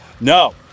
No